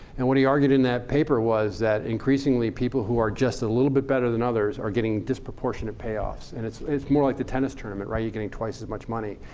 and what he argued in that paper was that increasingly people who are just a little bit better than others are getting disproportionate payoffs. and it's it's more like the tennis tournament. you're getting twice as much money.